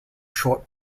short